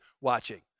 watching